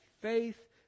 faith